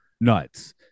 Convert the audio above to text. nuts